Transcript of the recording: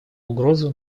угрозу